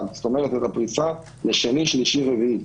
הפריסה לשני שלישי ורביעי.